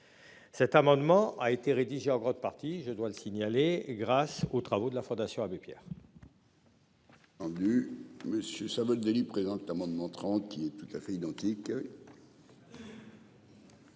Cet amendement a été rédigé en grande partie, je dois le signaler grâce aux travaux de la Fondation Abbé Pierre.